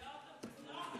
ואוטובוס לא?